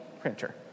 printer